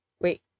Wait